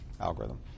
algorithm